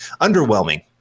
underwhelming